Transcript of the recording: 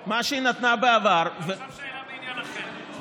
עכשיו שאלה בעניין אחר.